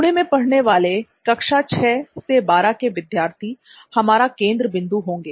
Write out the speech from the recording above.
पुणे में पढ़ने वाले कक्षा 6 से 12 के विद्यार्थी हमारा केंद्र बिंदु होंगे